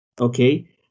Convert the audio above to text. Okay